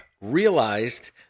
realized